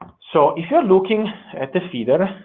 so if you're looking at the feeder,